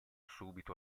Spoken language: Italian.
subito